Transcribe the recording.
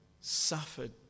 suffered